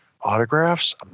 Autographs